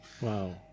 Wow